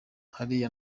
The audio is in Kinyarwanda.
hariyo